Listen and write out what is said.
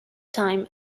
time